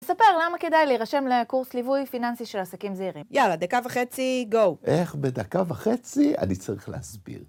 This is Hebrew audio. תספר למה כדאי להירשם לקורס ליווי פיננסי של עסקים זעירים. יאללה, דקה וחצי, גו! איך בדקה וחצי אני צריך להסביר.